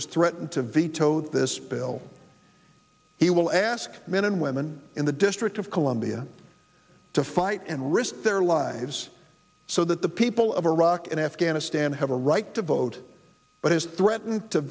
has threatened to veto this bill he will ask men and women in the district of columbia to fight and risk their lives so that the people of iraq and afghanistan have a right to vote but has threaten